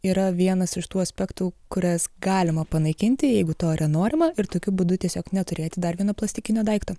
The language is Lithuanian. yra vienas iš tų aspektų kurias galima panaikinti jeigu to yra norima ir tokiu būdu tiesiog neturėti dar vieno plastikinio daikto